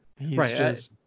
Right